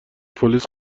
پلیس